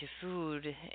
food